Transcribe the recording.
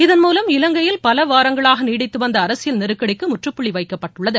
இதன்மூலம் இலங்கையில பல வாரங்களாக நீடித்துவந்த அரசியல் நெருக்கடிக்கு முற்றுப்புள்ளி வைக்கப்பட்டுள்ளது